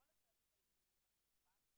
החל מעוד שבוע וחצי כל הצעדים הארגוניים על השולחן.